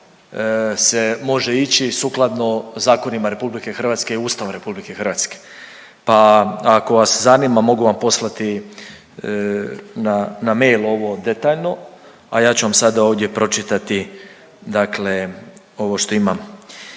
se može ići sukladno zakonima RH i Ustavu RH, pa ako vas zanima mogu vam poslati na mail ovo detaljno, a ja ću vam sada ovdje pročitati ovo što imam.